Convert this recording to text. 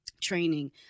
training